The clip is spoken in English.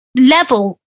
level